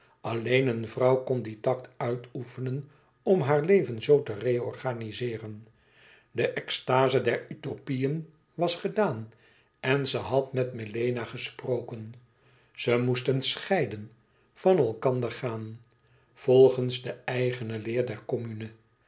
alleen een vrouw kon dien tact uitoefenen om haar leven zoo te reorganizeeren de extaze der utopieën was gedaan en ze had met melena gesproken ze moesten scheiden van elkander gaan volgens de eigene leer der commune